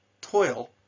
toil